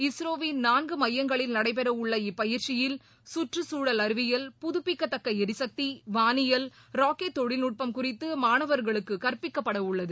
இஸ்ரோவின் நான்கு மையங்களில் நடைபெற உள்ள இப்பயிற்சியில் சுற்றுகுழல் அறிவியல் புதுப்பிக்கத்தக்க எரிசக்தி வானியல் ராக்கெட் தொழில்நுட்பம் குறித்து மாணவர்களுக்கு கற்பிக்கப்பட உள்ளது